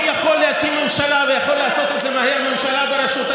מי שאומר את זה עליו זה מספר שתיים במפלגתו.